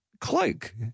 cloak